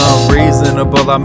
Unreasonable